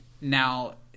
Now